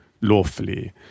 lawfully